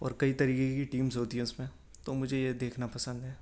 اور کئی طریقے کی ٹیمز ہوتی ہے اس میں تو مجھے یہ دیکھنا پسند ہے